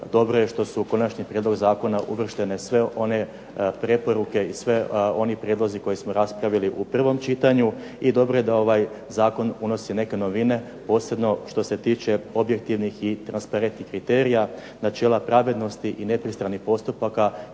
Dobro je što su u konačni prijedlog zakona uvrštene sve one preporuke i svi oni prijedlozi koje smo raspravili u prvom čitanju i dobro je da ovaj zakon unosi neke novine, posebno što se tiče objektivnih i transparentnih kriterija, načela pravednosti i nepristranih postupaka